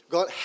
God